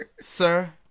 Sir